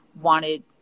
wanted